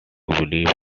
believe